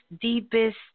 deepest